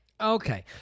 Okay